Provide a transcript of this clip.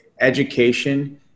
Education